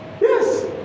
Yes